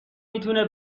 میتونه